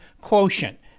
quotient